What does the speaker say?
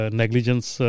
negligence